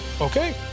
Okay